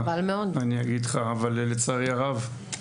לצערי הרב,